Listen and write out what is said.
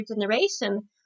generation